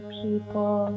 people